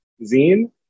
zine